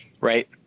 Right